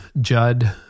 Judd